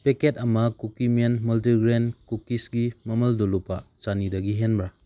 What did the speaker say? packet ꯑꯃ ꯀꯨꯀꯤꯃꯟ multigrain ꯀꯨꯀꯤꯁꯀꯤ ꯃꯃꯜꯗꯨ ꯂꯨꯄꯥ ꯆꯥꯅꯤꯗꯒꯤ ꯍꯦꯟꯕ꯭ꯔꯥ